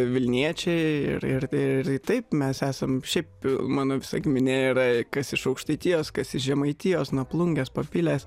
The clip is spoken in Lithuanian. vilniečiai ir ir ir taip mes esam šiaip mano visa giminė jau yra kas iš aukštaitijos kas iš žemaitijos nuo plungės papilės